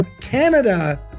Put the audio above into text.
Canada